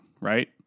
right